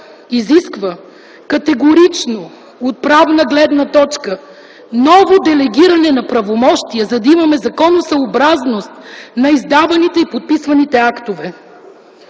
изисква от правна гледна точка ново делегиране на правомощия, за да имаме законосъобразност на издаваните и подписаните актове.